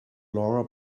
laura